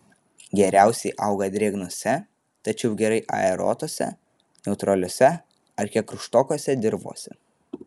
geriausiai auga drėgnose tačiau gerai aeruotose neutraliose ar kiek rūgštokose dirvose